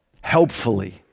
helpfully